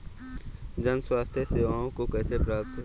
जन स्वास्थ्य सेवाओं को कैसे प्राप्त करें?